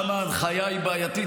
גם ההנחיה היא בעייתית,